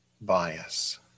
bias